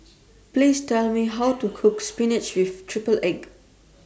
Please Tell Me How to Cook Spinach with Triple Egg